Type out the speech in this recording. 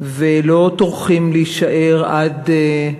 ולא טורחים להישאר עד,